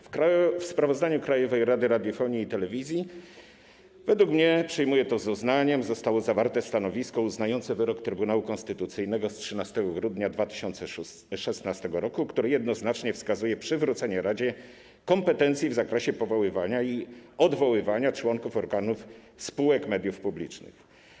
W sprawozdaniu Krajowej Rady Radiofonii i Telewizji według mnie - przyjmuję to z uznaniem - zostało zawarte stanowisko uznające wyrok Trybunału Konstytucyjnego z 13 grudnia 2016 r., które jednoznacznie mówi o przywróceniu radzie kompetencji w zakresie powoływania i odwoływania członków organów spółek mediów publicznych.